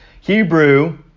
Hebrew